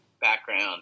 background